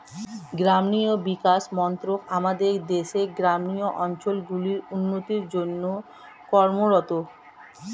গ্রামীণ বিকাশ মন্ত্রক আমাদের দেশের গ্রামীণ অঞ্চলগুলির উন্নতির জন্যে কর্মরত